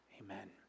Amen